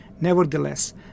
Nevertheless